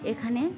এখানে